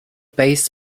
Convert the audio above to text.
bass